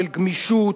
של גמישות,